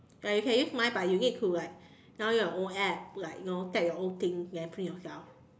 you can use mine but you need to like download your own app put like you know tag your own things then put in yourself